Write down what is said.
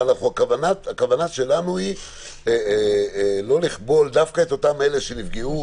הכוונה שלנו היא לא לכבול דווקא את אותם אלה שנפגעו.